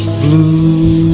blue